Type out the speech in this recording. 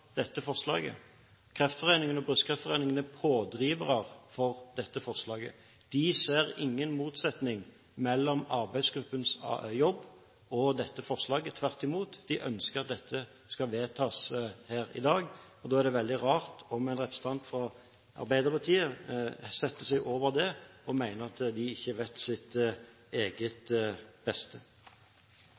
dette forslaget. Kreftforeningen og Foreningen for brystkreftopererte er pådrivere for dette forslaget. De ser ingen motsetning mellom arbeidsgruppens jobb og dette forslaget – tvert imot. De ønsker at dette skal vedtas her i dag, og da er det veldig rart om en representant fra Arbeiderpartiet setter seg over det og mener at de ikke vet sitt eget beste.